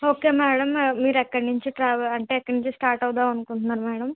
okay madam మ మీరు ఎక్కడి నుంచి ట్రావె అంటే ఎక్కడి నుంచి స్టార్ట్ అవుదాం అనుకుంటున్నారు మేడం